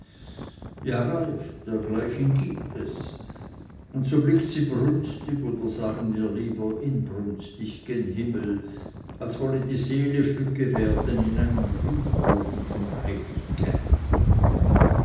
ja reiff dergleichen gibt es und so blickt sie brünstig oder sagen wir lieber inbrünstig gen himmel als wolle die seele flügge werden in einem brütofen von